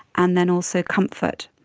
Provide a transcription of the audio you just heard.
and then also comfort.